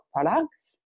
products